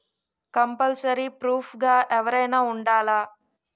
Compulsory proof గా ఎవరైనా ఉండాలా?